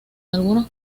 algunos